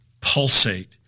pulsate